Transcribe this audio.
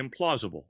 implausible